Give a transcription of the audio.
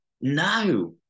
No